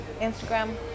Instagram